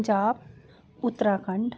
Punjab Uttarakhand